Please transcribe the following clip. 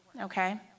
okay